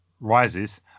Rises